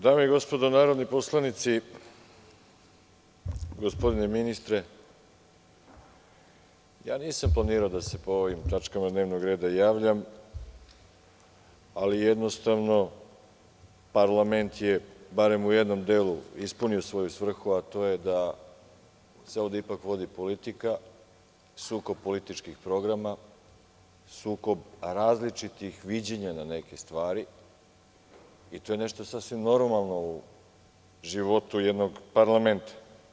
Dame i gospodo narodni poslanici, gospodine ministre, nisam planirao da se po ovim tačkama dnevnog reda javljam, ali jednostavno parlament je barem u jednom delu ispunio svoju svrhu, a to je da se ovde ipak vodi politika, sukob političkih programa, sukob različitih viđenja nekih stvari i to je nešto što je sasvim normalno u životu jednog parlamenta.